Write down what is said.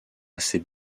assez